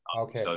okay